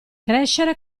crescere